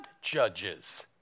judges